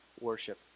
worship